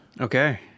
okay